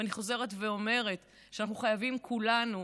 אבל אני חוזרת ואומרת שאנחנו חייבים כולנו